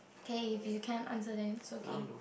okay if you can't answer then is okay